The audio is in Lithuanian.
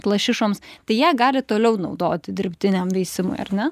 lašišoms tai jie gali toliau naudoti dirbtiniam veisimui ar ne